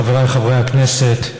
חבריי חברי הכנסת,